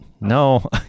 no